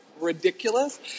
ridiculous